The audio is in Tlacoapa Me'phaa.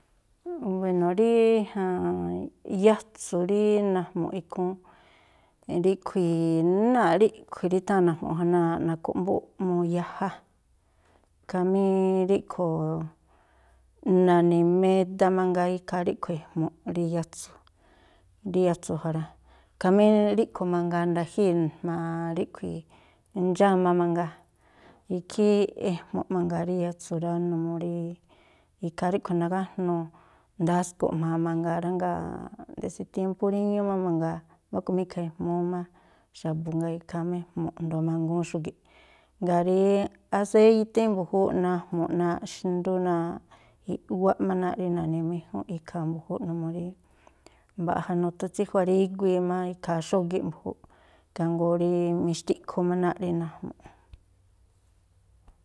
Wéno̱ rí yatsu̱ rí naꞌjmu̱ꞌ ikhúún, ríꞌkhui̱ náa̱ꞌ ríꞌkhui̱ rí i̱tháa̱n najmu̱ꞌ ja náa̱ꞌ na̱khu̱mbúꞌmuu yaja, khamí ríꞌkhui̱ o, na̱ni̱ meda mangaa, ikhaa ríꞌkhui̱ ejmu̱ꞌ rí yatsu̱, rí yatsu̱ ja rá. Khamí ríꞌkhui̱ mangaa nda̱jíi̱ jma̱a ríꞌkhui̱ ndxáma mangaa, ikhí ejmu̱ꞌ mangaa rí yatsu rá, numuu rí ikhaa ríꞌkhui̱ nagájnuu ndasko̱ꞌ jma̱a mangaa rá, jngáa̱ desde tiémpú ríñú má mangaa mbáku má ikhaa ejmúú má xa̱bu̱, jngáa̱ ikhaa má ejmu̱ꞌ a̱jndo̱ mangúún xúgi̱ꞌ. Jngáa̱ rí aséíté mbu̱júúꞌ, najmu̱ꞌ náa̱ꞌ xndú náa̱, i̱wáꞌ má náa̱ꞌ rí na̱ni̱méjúnꞌ ikhaa mbu̱júúꞌ numuu rí mbaꞌja nuthu tsíjuaríguii má ikhaa xógíꞌ mbu̱júúꞌ, ikhaa jngóó rí mixtiꞌkhu má náa̱ꞌ rí najmu̱ꞌ.